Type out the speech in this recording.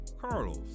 Carlos